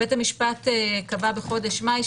בית המשפט קבע בחודש מאי,